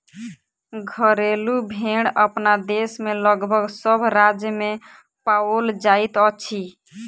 घरेलू भेंड़ अपना देश मे लगभग सभ राज्य मे पाओल जाइत अछि